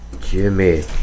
Jimmy